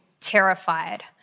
terrified